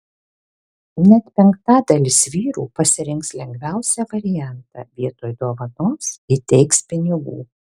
net penktadalis vyrų pasirinks lengviausią variantą vietoj dovanos įteiks pinigų